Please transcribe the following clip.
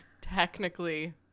Technically